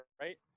right